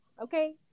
okay